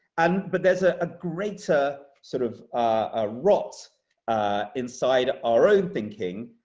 and but there's a ah greater sort of ah rot inside our own thinking,